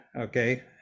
okay